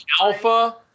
Alpha